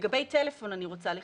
לגבי טלפון, אני רוצה לחדד.